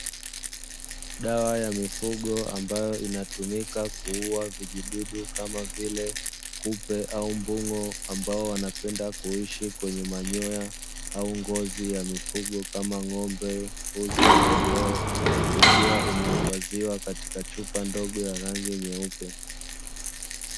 Dawa ya mifugo ambayo inatumika kuua vijidudu kama vile kupe au mbungo ambao wanapenda kuishi kwenye manyoya au ngozi ya mifugo kama ng'ombe mbuzi, kondoo ikiwa imehifadhiwa katika chupa ndogo ya rangi nyeupe.